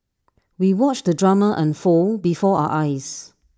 we watched the drama unfold before our eyes